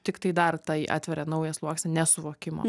tiktai dar tai atveria naują sluoksnį nesuvokimo